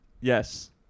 Yes